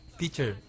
teacher